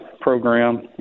program